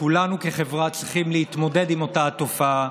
כולנו כחברה צריכים להתמודד עם אותה תופעה,